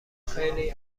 خیلی